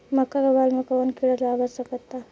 मका के बाल में कवन किड़ा लाग सकता?